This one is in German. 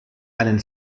einen